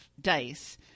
dice